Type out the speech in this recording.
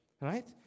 Right